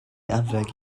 anrheg